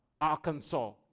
Arkansas